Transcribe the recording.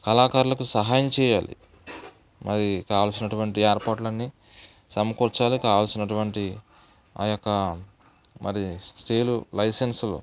కళాకారులకు సహాయం చేయాలి మరి కావలిసినటువంటి ఏర్పాటులన్నీ సమకూర్చాలి కావలిసినటువంటి ఆ యొక్క మరియు స్టేజీలు లైసెన్సులు